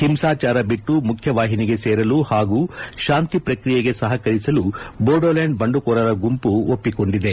ಹಿಂಸಾಚಾರ ಬಿಟ್ಟು ಮುಖ್ಯವಾಹಿನಿಗೆ ಸೇರಲು ಹಾಗೂ ಶಾಂತಿ ಪ್ರಕ್ರಿಯೆಗೆ ಸಹಕರಿಸಲು ಬೋಡೋಲ್ಯಾಂಡ್ ಬಂಡುಕೋರರ ಗುಂಪು ಒಪ್ಸಿಕೊಂಡಿದೆ